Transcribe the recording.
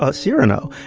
ah cyrano.